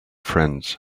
friends